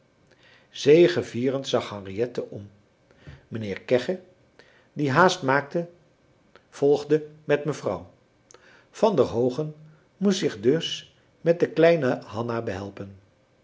zegevierend zag henriette om mijnheer kegge die haast maakte volgde met mevrouw van der hoogen moest zich dus met de kleine hanna behelpen